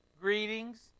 Greetings